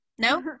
No